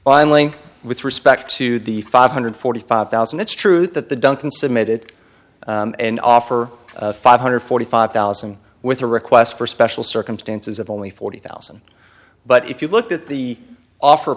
filing with respect to the five hundred forty five thousand it's true that the duncan submitted an offer five hundred forty five thousand with a request for special circumstances of only forty thousand but if you look at the offer